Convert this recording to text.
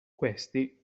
questi